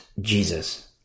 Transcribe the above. Jesus